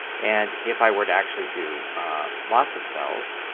and if i were to actually do lots of cells,